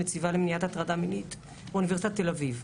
נציבה למניעת הטרדה מינית באוניברסיטת תל-אביב.